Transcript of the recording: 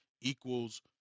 equals